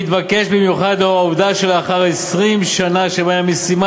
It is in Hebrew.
מתבקש במיוחד לאור העובדה שלאחר 20 שנה שבהן המשימה